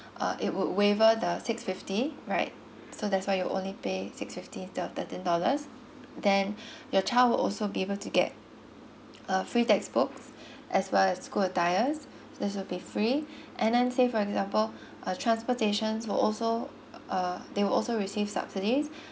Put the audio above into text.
uh it would waiver the six fifty right so that's why you only pay six fifty instead of thirteen dollars then your child will also be able to get uh free text books as well as school attires these will be free and then say for example uh transportation will also uh they will also receive subsidies